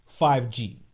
5g